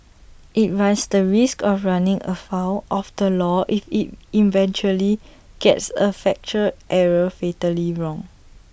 IT runs the risk of running afoul of the law if IT eventually gets A factual error fatally wrong